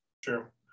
Sure